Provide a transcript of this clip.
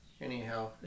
Anyhow